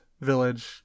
village